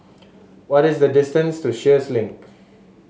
what is the distance to Sheares Link